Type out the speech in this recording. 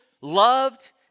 loved